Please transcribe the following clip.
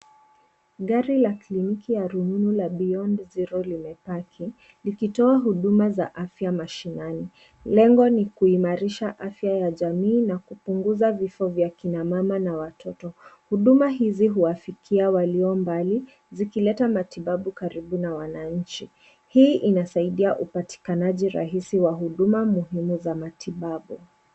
Gari la kliniki ya rununu la Beyond Zero limepaki likitoa huduma za afya mashinani. Lengo ni kuimarisha afya ya jamii na kupunguza vifo vya kina mama na watoto. Huduma hizi huwafikia walio mbali zikileta matibabu karibu na wananchi. Hii inasaidia upatikanaji rahisi wa huduma muhimu za matibabu.